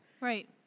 Right